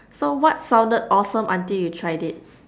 so what sounded awesome until you tried it